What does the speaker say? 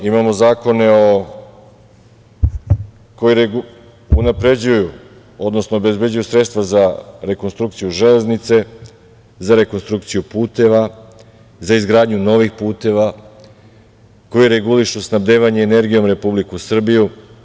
Imamo zakone o koji unapređuju, odnosno obezbeđuju sredstva za rekonstrukciju železnice, za rekonstrukciju puteva, za izgradnju novih puteva, koji regulišu snabdevanje energijom Republiku Srbiju.